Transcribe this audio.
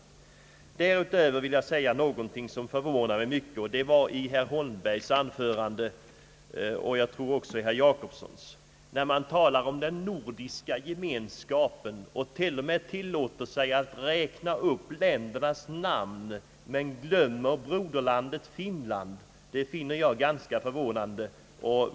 Därutöver vill jag ta upp en sak som förvånade mig mycket. Det gällde herr Holmbergs och jag tror också herr Jacobssons anförande. Man talade om den nordiska gemenskapen och tillät sig t.o.m. att räkna upp ländernas namn men glömde broderlandet Finland. Det finner jag förvånande.